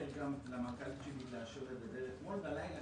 אתמול בלילה